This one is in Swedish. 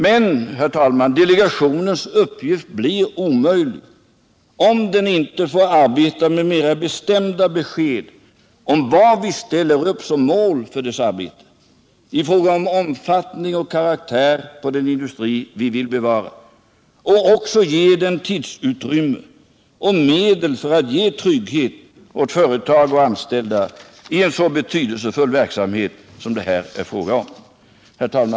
Men, herr talman, delegationens uppgift blir omöjlig om den inte får arbeta med mer bestämda besked om vad vi ställer upp som mål för dess arbete i fråga om omfattning och karaktär på den industri vi vill bevara. Vi måste också ge den tidsutrymme och medel för att ge trygghet åt företag och anställda i en så betydelsefull verksamhet som det här är fråga om. Herr talman!